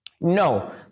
No